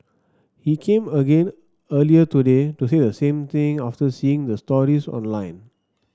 he came again earlier today to say the same thing after seeing the stories online